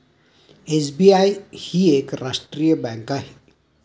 SBI ही एक राष्ट्रीय बँक आहे